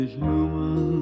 human